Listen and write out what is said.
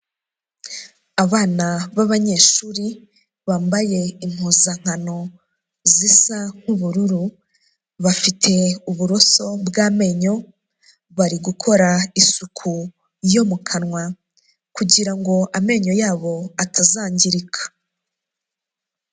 Abana b'abanyeshuri bambaye impuzankano zisa nk'ubururu bafite uburoso bw'amenyo, bari gukora isuku yo mu kanwa kugirango amenyo yabo atazangirika.